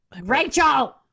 Rachel